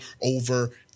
over